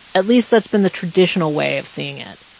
at least that's been the traditional way of seeing it.